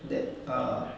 that err